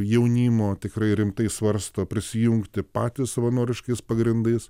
jaunimo tikrai rimtai svarsto prisijungti patys savanoriškais pagrindais